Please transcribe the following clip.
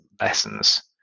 lessons